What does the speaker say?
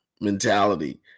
mentality